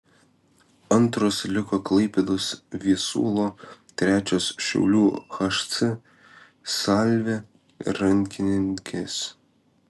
antros liko klaipėdos viesulo trečios šiaulių hc salvė rankininkės